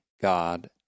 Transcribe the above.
God